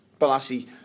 Balassi